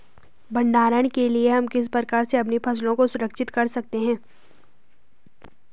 भंडारण के लिए हम किस प्रकार से अपनी फसलों को सुरक्षित रख सकते हैं?